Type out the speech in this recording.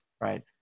right